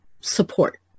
support